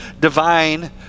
divine